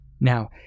Now